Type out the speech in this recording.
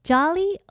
Jolly